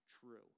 true